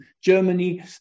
Germany